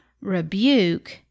rebuke